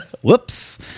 Whoops